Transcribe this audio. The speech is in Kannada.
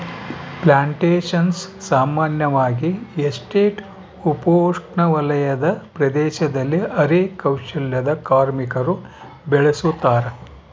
ಪ್ಲಾಂಟೇಶನ್ಸ ಸಾಮಾನ್ಯವಾಗಿ ಎಸ್ಟೇಟ್ ಉಪೋಷ್ಣವಲಯದ ಪ್ರದೇಶದಲ್ಲಿ ಅರೆ ಕೌಶಲ್ಯದ ಕಾರ್ಮಿಕರು ಬೆಳುಸತಾರ